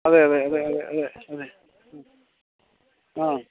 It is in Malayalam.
അതെ അതെ അതെ അതെ അതെ അതെ ആ